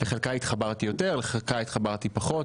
לחלקה התחברתי יותר, לחלקה פחות.